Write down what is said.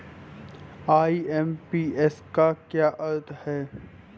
IMPS का क्या अर्थ है?